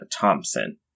Thompson